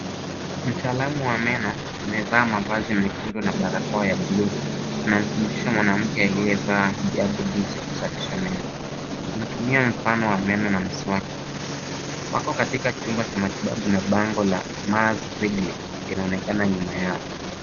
Mtaalamu wa meno amevaa mavazi mekundu na barakoa ya buluu, anamfundisha mwanamke aliyevaa hijabu jinsi ya kusafisha meno, anatumia mfano wa meno na mswaki. Wako katika chumba cha matibabu na bango la Mazrigli linaonekana nyuma yao.